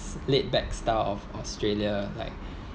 laid back style of australia like